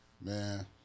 Man